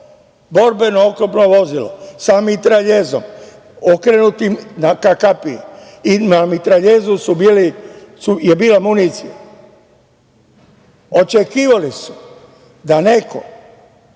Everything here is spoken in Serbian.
borbeno oklopno vozilo sa mitraljezom okrenutim ka kapiji. Na mitraljezu je bila municija. Očekivali su da neko